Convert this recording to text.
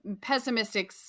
pessimistic